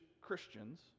Christians